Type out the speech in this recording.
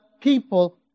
people